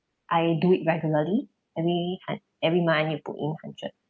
I do it regularly every every month you put in hundred